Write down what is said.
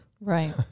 Right